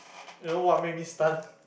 you know what made me stunned